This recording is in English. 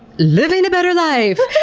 living a better life.